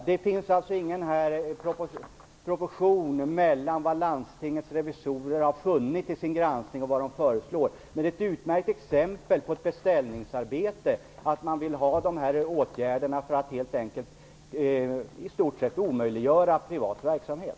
Det finns alltså ingen proportion mellan vad landstingets revisorer har funnit vid sin granskning och vad de föreslår, men det är ett utmärkt exempel på ett beställningsarbete - man vill ha till stånd de här åtgärderna för att i stort sett omöjliggöra privat verksamhet.